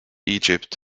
egypt